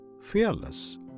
fearless